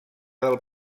del